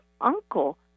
uncle